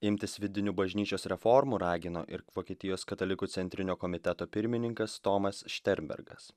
imtis vidinių bažnyčios reformų ragino ir vokietijos katalikų centrinio komiteto pirmininkas tomas šternbergas